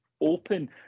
open